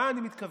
למה אני מתכוון?